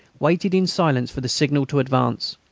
waited in silence for the signal to advance.